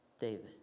David